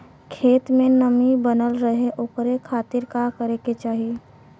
खेत में नमी बनल रहे ओकरे खाती का करे के चाही?